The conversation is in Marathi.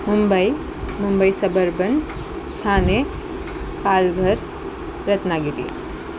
मुंबई मुंबई सबर्बन ठाणे पालघर रत्नागिरी